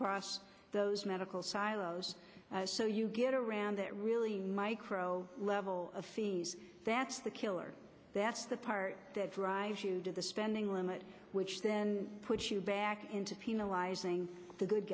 cross those medical silos so you get around it really micro level of fees that's the killer that's the part that drives you to the spending limit which then puts you back into penalizing the good